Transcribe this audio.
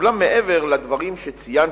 אולם מעבר לדברים שציינתי,